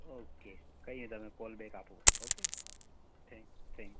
okay કંઈ નહીં તમે કોલ બેક આપું ઓકે થેન્ક થેન્ક